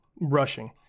rushing